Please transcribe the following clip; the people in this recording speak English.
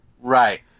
right